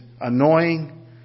annoying